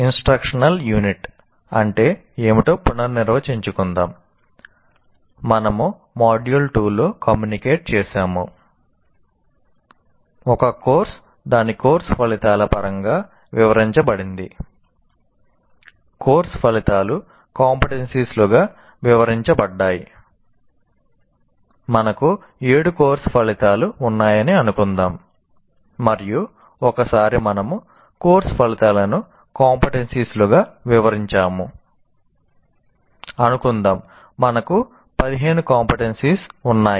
instructional unit ఉన్నాయి